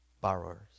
borrowers